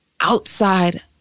outside